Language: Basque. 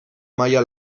maila